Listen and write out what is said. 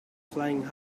flying